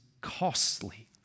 costly